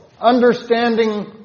understanding